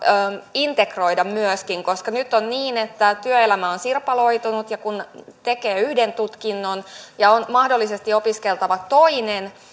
integroida myöskin koska nyt on niin että työelämä on sirpaloitunut ja kun tekee yhden tutkinnon ja on mahdollisesti opiskeltava toinen